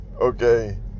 Okay